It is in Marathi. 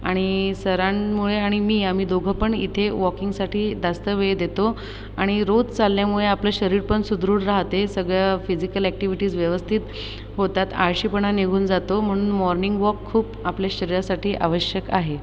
आणि सरांमुळे आणि मी आम्ही दोघंपण इथे वॉकिंगसाठी जास्त वेळ देतो आणि रोज चालल्यामुळे आपलं शरीर पण सुदृढ राहते सगळं फिजिकल ॲक्टिव्हिटीज व्यवस्थित होतात आळशीपणा निघून जातो म्हणून मॉर्निंग वॉक खूप आपल्या शरीरासाठी आवश्यक आहे